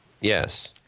Yes